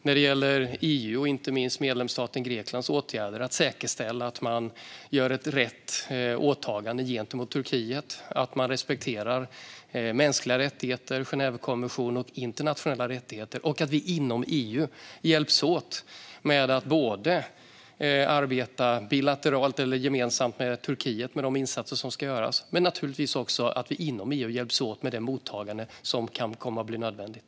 När det gäller EU och inte minst medlemsstaten Greklands åtgärder handlar det om att säkerställa att man gör rätt åtagande gentemot Turkiet, att man respekterar mänskliga rättigheter, Genèvekonventionen och internationella rättigheter och att vi inom EU hjälps åt. Vi ska både arbeta gemensamt med Turkiet gällande de insatser som ska göras och, naturligtvis, hjälpas åt med det mottagande som kan komma att bli nödvändigt.